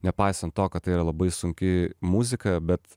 nepaisant to kad tai yra labai sunki muzika bet